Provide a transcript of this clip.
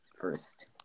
First